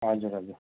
हजुर हजुर